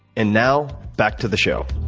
and now, back to the show.